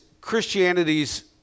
Christianity's